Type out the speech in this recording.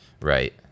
Right